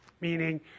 meaning